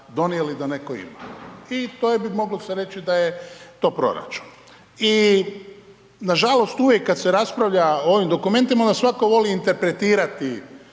donijeli da netko ima. I to je, bi moglo se reći da je to proračun. I nažalost uvijek kada se raspravlja o ovim dokumentima onda svatko voli interpretirati